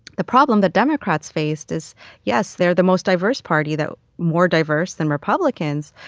the problem that democrats faced is yes, they're the most diverse party that more diverse than republicans.